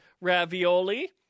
Ravioli